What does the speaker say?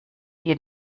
dir